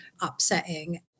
upsetting